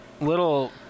little